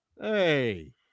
Hey